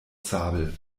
zabel